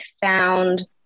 found